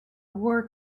war